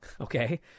okay